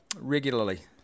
regularly